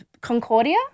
Concordia